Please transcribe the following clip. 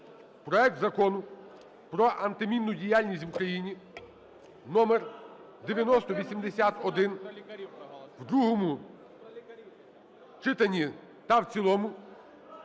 проект Закону про протимінну діяльність в Україні (№ 9080-1) в другому читанні та в цілому